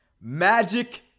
Magic